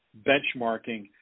benchmarking